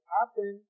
happen